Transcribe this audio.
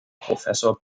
professor